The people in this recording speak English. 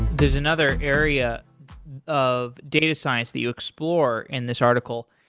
there's another area of data science that you explore in this article,